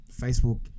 Facebook